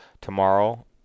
tomorrow